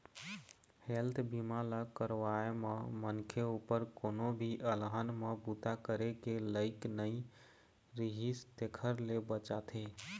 health बीमा ल करवाए म मनखे उपर कोनो भी अलहन म बूता करे के लइक नइ रिहिस तेखर ले बचाथे